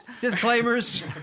Disclaimers